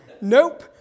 nope